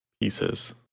pieces